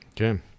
Okay